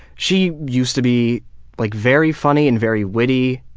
she used to be like very funny and very witty,